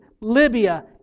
Libya